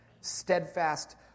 steadfast